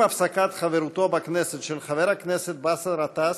עם הפסקת חברותו בכנסת של חבר הכנסת באסל גטאס,